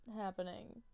happening